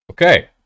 Okay